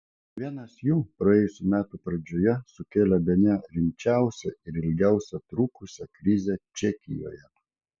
vienas jų praėjusių metų pradžioje sukėlė bene rimčiausią ir ilgiausiai trukusią krizę čekijoje